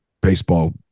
baseball